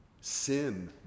Sin